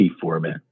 format